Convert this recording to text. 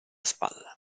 spalla